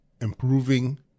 improving